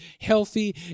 healthy